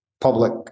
public